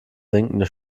sinkende